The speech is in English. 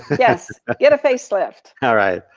yes. ah get a facelift. alright,